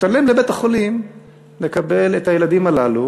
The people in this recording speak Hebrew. משתלם לבית-החולים לקבל את הילדים הללו